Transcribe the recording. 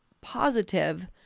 positive